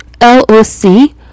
L-O-C